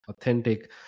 authentic